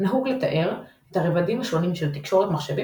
נהוג לתאר את הרבדים השונים של תקשורת מחשבים